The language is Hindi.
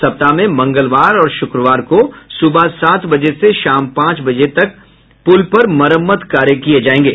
सप्ताह में मंगलवार और शुक्रवार को सुबह सात बजे से शाम पांच बजे तक मरम्मत कार्य किये जायेंगे